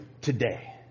today